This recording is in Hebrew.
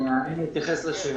אני אתייחס לשאלה.